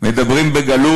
// מדברים בגלוי,